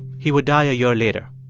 he would die a year later.